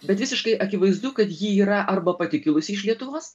bet visiškai akivaizdu kad ji yra arba pati kilusi iš lietuvos